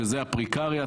שזה הפרקריאט,